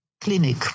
clinic